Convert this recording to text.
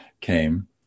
came